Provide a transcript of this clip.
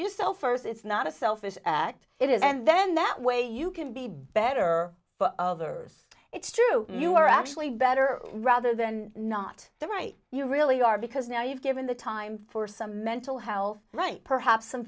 yourself first it's not a selfish act it is and then that way you can be better for others it's true you are actually better rather than not the right you really are because now you've given the time for some mental health right perhaps some